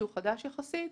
שהוא חדש יחסית,